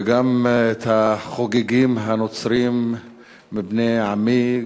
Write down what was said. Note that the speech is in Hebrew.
וגם את החוגגים הנוצרים מבני עמי,